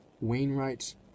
Wainwright